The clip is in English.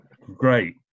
great